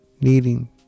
needing